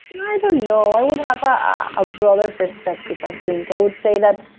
i don't know. i would have a broader perspective, i think, i would say that,